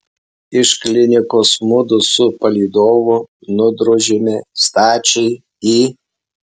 iš klinikos mudu su palydovu nudrožėme stačiai į